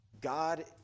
God